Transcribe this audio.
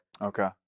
Okay